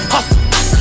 Hustle